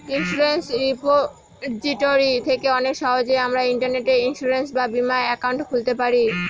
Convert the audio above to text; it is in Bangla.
ইন্সুরেন্স রিপোজিটরি থেকে অনেক সহজেই আমরা ইন্টারনেটে ইন্সুরেন্স বা বীমা একাউন্ট খুলতে পারি